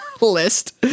list